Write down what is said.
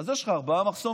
ואז יש לך ארבעה מחסומים.